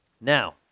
Now